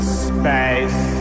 space